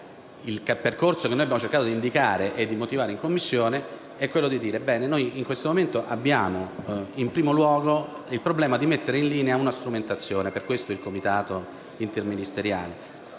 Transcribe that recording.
il percorso che abbiamo cercato di indicare e di motivare in Commissione indica che in questo momento abbiamo, in primo luogo, il problema di mettere in linea una strumentazione e per questo si parla del Comitato interministeriale.